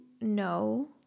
no